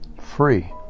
free